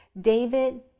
David